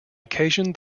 occasion